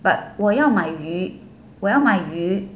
but 我要买我要买鱼